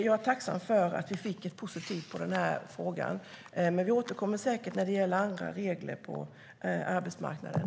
Jag är tacksam för att vi fick ett positivt svar på frågan. Vi återkommer säkert när det gäller andra regler på arbetsmarknaden.